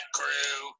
crew